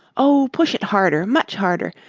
oh, push it harder, much harder,